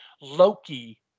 Loki